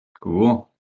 Cool